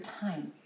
time